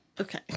Okay